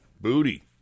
Booty